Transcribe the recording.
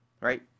right